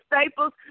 staples